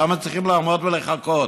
למה צריך לעמוד ולחכות?